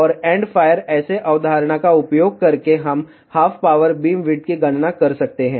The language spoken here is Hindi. और एंड फायर ऐरे अवधारणा का उपयोग करके हम हाफ पावर बीमविड्थ की गणना कर सकते हैं